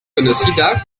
conocida